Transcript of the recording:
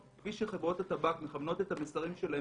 כפי שחברות הטבק מכוונות את המסרים שלהן